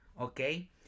Okay